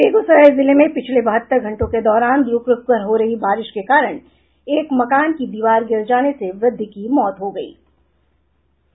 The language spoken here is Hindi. बेगूसराय जिले में पिछले बहत्तर घंटों के दौरान रूक रूक कर हो रही बारिश के कारण एक मकान की दीवार गिर जाने से एक व्रद्ध की मौत हो गयी